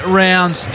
rounds